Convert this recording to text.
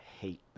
hate